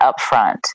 upfront